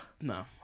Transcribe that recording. No